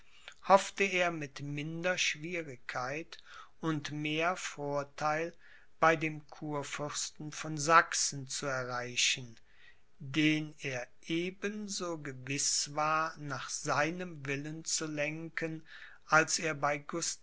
hoffte er mit minder schwierigkeit und mehr vortheil bei dem kurfürsten von sachsen zu erreichen den er eben so gewiß war nach seinem willen zu lenken als er bei